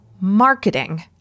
marketing